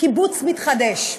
קיבוץ מתחדש.